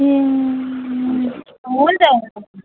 ए हुन्छ हुन्छ